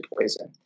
poison